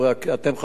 אתם,